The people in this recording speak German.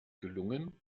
gelungen